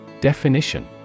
Definition